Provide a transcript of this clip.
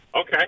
Okay